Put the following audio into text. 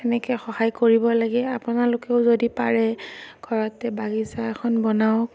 সেনেকৈ সহায় কৰিব লাগে আপোনালোকেও যদি পাৰে ঘৰতে বাগিচা এখন বনাওক